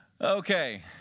Okay